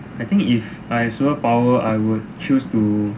I think if I have superpower I would choose to